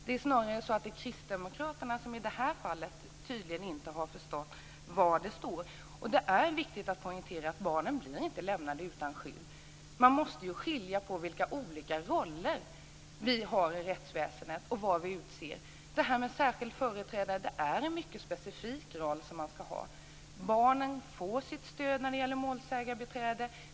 Det är snarare Kristdemokraterna som i det här fallet tydligen inte har förstått vad som står. Det är viktigt att poängtera att barnen inte blir lämnade utan skydd. Man måste ju skilja på vilka olika roller vi har i rättsväsendet och vad det är vi utser. Det här med särskild företrädare är en mycket specifik roll som man ska ha. Barnen får sitt stöd när det gäller målsägarbiträde.